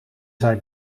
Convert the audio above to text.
zij